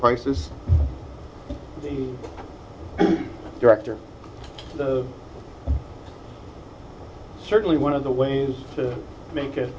prices the director certainly one of the ways to make it